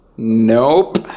Nope